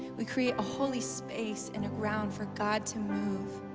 we create a holy space and a ground for god to move.